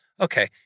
okay